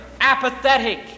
apathetic